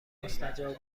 مستجاب